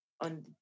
on